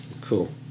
cool